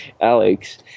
Alex